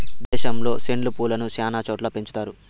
దేశంలో సెండు పూలను శ్యానా చోట్ల పెంచుతారు